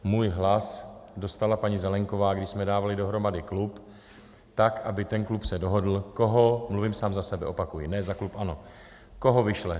Můj hlas dostala paní Zelienková, když jsme dávali dohromady klub, tak aby ten klub se dohodl koho mluvím sám za sebe, opakuji, ne za klub ANO koho vyšle.